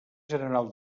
general